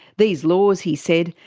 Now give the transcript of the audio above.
these laws, he said,